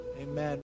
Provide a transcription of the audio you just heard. Amen